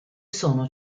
sono